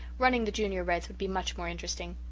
running the junior reds would be much more interesting.